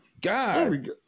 God